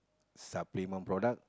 supplement product